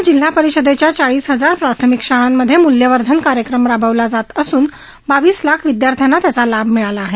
राज्यातल्या जिल्हा परिषदेच्या चाळीस हजार प्राथमिक शाळांमध्ये मूल्यवर्धन कार्यक्रम राबवला जात असून बावीस लाख विध्यार्थ्यांना त्याचा लाभ मिळाला आहे